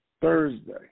Thursday